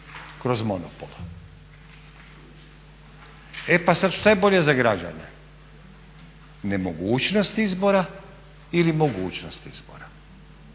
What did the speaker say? kroz monopol. E pa sad, šta je bolje za građane nemogućnost izbora ili mogućnost izbora?